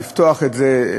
לפתוח את זה,